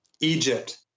Egypt